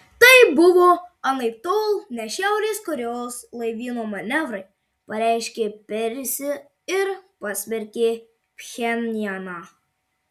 tai buvo anaiptol ne šiaurės korėjos laivyno manevrai pareiškė perisi ir pasmerkė pchenjaną